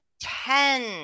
ten